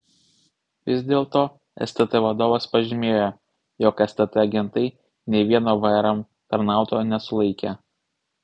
vis dėlto stt vadovas pažymėjo jog stt agentai nė vieno vrm tarnautojo nesulaikė